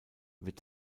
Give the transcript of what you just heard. wird